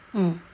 mm